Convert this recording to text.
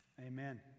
amen